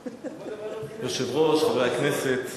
היושב-ראש, חברי הכנסת,